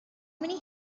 many